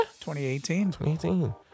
2018